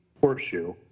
horseshoe